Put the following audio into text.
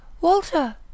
Walter